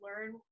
learn